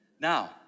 Now